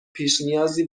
پیشنیازی